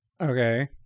Okay